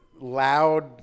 loud